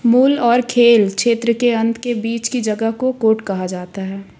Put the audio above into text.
मूल और खेल क्षेत्र के अंत के बीच की जगह को कोर्ट कहा जाता था